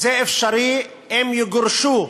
זה אפשרי אם יגורשו